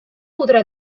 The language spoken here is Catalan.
podrà